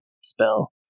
spell